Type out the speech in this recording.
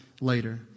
later